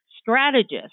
strategist